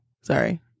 sorry